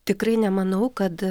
tikrai nemanau kad